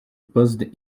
buzzed